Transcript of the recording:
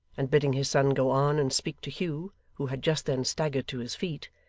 and bidding his son go on and speak to hugh, who had just then staggered to his feet,